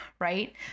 Right